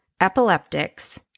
epileptics